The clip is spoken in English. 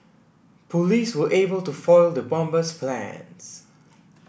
police were able to foil the bomber's plans